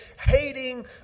hating